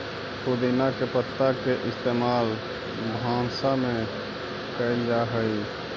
पुदीना के पत्ता के इस्तेमाल भंसा में कएल जा हई